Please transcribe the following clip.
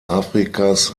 afrikas